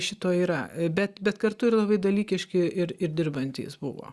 šito yra bet bet kartu ir labai dalykiški ir ir dirbantys buvo